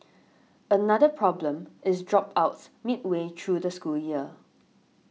another problem is dropouts midway through the school year